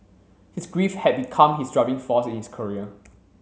his grief had become his driving force in his career